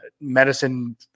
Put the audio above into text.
medicine